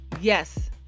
yes